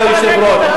מה יש לך נגד,